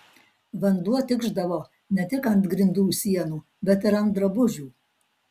vanduo tikšdavo ne tik ant grindų sienų bet ir ant drabužių